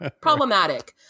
problematic